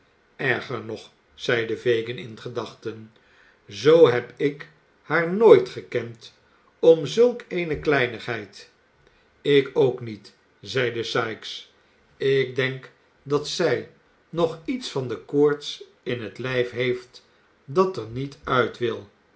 erger nog zeide fagin in gedachten zoo heb ik haar nooit gekend om zulk eene kleinigheid ik ook niet zeide sikes ik denk dat zij nog iets van de koorts in t lijf heeft dat er niet uit wil